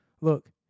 Look